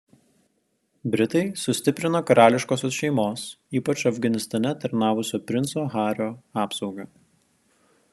britai sustiprino karališkosios šeimos ypač afganistane tarnavusio princo hario apsaugą